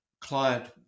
client